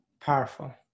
powerful